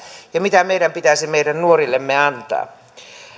ja mitä meidän pitäisi meidän nuorillemme antaa